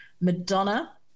Madonna